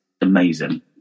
amazing